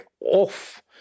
off